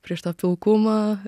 prieš tą pilkumą